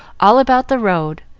all about the road,